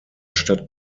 stadt